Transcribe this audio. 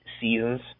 seasons